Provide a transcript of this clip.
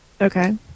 Okay